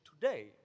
today